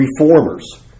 reformers